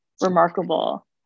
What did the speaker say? remarkable